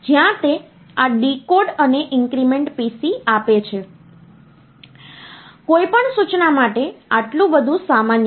તેથી આગળની મહત્વની બાબત જે આપણે જોઈશું તે એ છે કે આ ઑપરેશન કેવી રીતે કરવું જેમ કે બેઝિક નંબર સિસ્ટમ્સમાં બેઝિક નંબરમાં આ સરવાળો બાદબાકી ગુણાકાર કેવી રીતે કરવા